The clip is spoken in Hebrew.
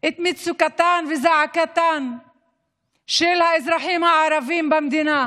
את מצוקתם וזעקתם של האזרחים הערבים במדינה.